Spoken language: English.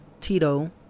Tito